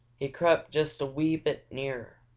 he crept just a wee bit nearer.